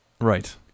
Right